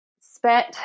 spent